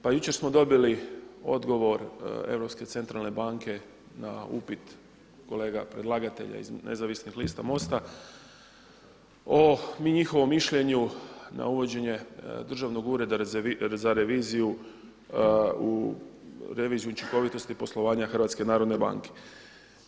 Pa jučer smo dobili odgovor Europske centralne banke na upit kolega predlagatelja iz nezavisnih lista MOST-a o njihovom mišljenju na uvođenje Državnog ureda za reviziju u reviziju učinkovitosti poslovanja HNB-a.